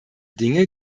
dinge